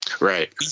Right